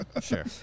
sure